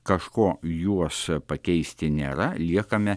kažko juos pakeisti nėra liekame